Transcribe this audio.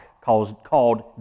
called